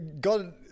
God